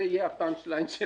זה יהיה הפאנץ' ליין.